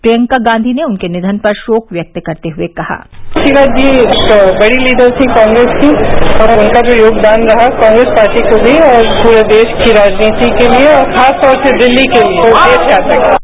प्रियंका गांधी ने उनके निधन पर शोक व्यक्त करते हुए कहा शीला जी एक बड़ी लीडर थी कांग्रेस की और उनका जो योगदान रहा कांग्रेस पार्टी को भी और पूरे देश की राजनीति के लिए और खास तौर से दिल्ली के लिए वो देश याद रखेगा